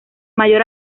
mayor